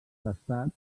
prestat